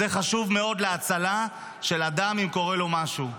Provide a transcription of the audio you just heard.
זה חשוב מאוד להצלה של אדם, אם קורה לו משהו.